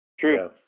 True